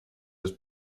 das